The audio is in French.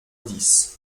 dix